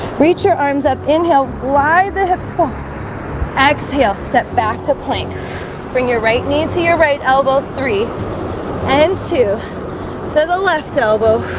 reach your arms up inhale fly the hips for exhale step back to plank bring your right knee to your right elbow three and two so the left elbow